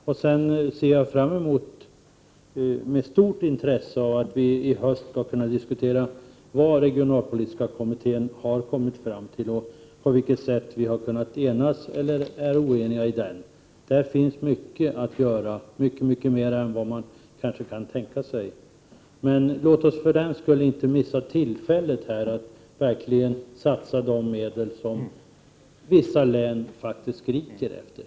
Jag ser med stort intresse fram mot att vi i höst skall diskutera vad regionalpolitiska kommittén har kommit fram till. Kan vi enas, eller blir vi oeniga? Det finns mycket mer att göra än vad man kanske kan tänka sig, men låt oss 1 för den skull inte missa tillfället att verkligen satsa de medel som vissa län faktiskt skriker efter.